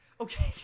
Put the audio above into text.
okay